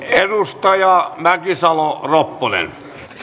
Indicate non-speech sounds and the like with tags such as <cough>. <unintelligible> edustaja mäkisalo ropponen